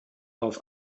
auf